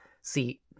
See